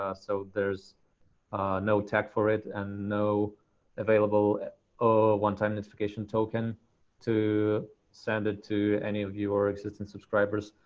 ah so there's no tag for it and no available and ah one-time and application token to send it to any of your existing subscribers.